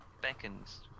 beckons